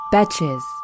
Betches